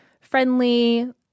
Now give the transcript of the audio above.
friendly